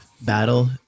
battle